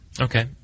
Okay